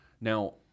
Now